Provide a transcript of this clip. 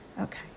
Okay